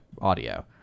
audio